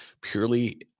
purely